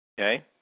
okay